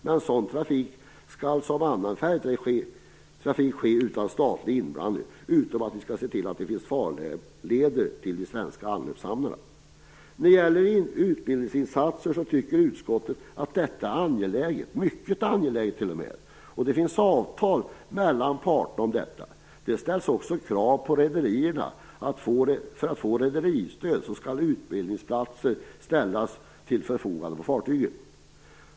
Men sådan trafik skall som annan färjetrafik ske utan statlig inblandning, förutom att vi skall se till att det finns farleder till de svenska anlöpshamnarna. Utskottet tycker att utbildningsinsatser är angeläget, t.o.m. mycket angeläget, och det finns avtal mellan parterna om detta. Det ställs också krav på rederierna. För att man skall få rederistöd skall t.ex. utbildningsplatser ställas till förfogande på fartygen.